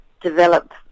develop